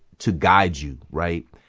to guide you, right?